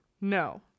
No